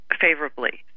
favorably